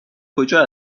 کجا